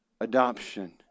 adoption